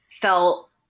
felt